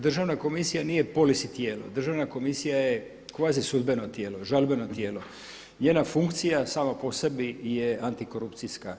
Državna komisija nije polisi tijelo, državna komisija je kvazi sudbeno tijelo, žalbeno tijelo, njena funkcija sama po sebi je antikorupcijska.